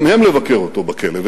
גם מהם לבקר אותו בכלא,